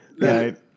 Right